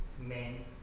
main